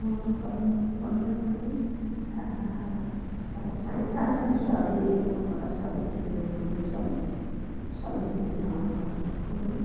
মোৰ ঘৰৰ পৰিয়াল আমি চা চাৰিটা আছিলোঁ ছোৱালী মোৰ ল'ৰা ছোৱালী দুই দুজন ছোৱালীজনী ডাঙৰ ল'ৰাটো সৰু